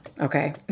Okay